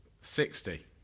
Sixty